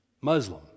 Muslim